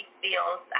feels